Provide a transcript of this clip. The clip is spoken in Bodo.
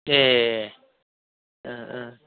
ए ओ ओ